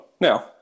Now